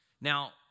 Now